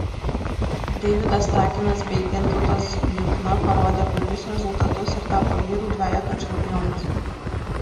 deividas takinas bei gintautas juchna parodė puikius rezultatus ir tapo vyrų dvejeto čempionais